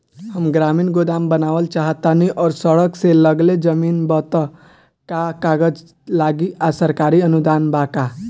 हम ग्रामीण गोदाम बनावल चाहतानी और सड़क से लगले जमीन बा त का कागज लागी आ सरकारी अनुदान बा का?